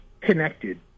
connected